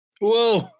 Whoa